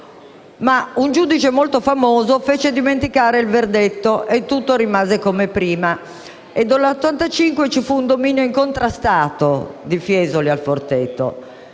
ma un giudice molto famoso fece poi dimenticare il verdetto e tutto rimase come prima. Dal 1985 ci fu un dominio incontrastato di Fiesoli al Forteto.